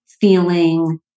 feeling